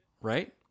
Right